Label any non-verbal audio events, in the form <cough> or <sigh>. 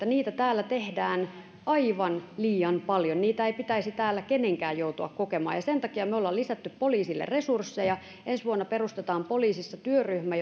<unintelligible> niitä täällä tehdään aivan liian paljon niitä ei pitäisi täällä kenenkään joutua kokemaan ja sen takia me olemme lisänneet poliisille resursseja ensi vuonna perustetaan poliisissa työryhmä <unintelligible>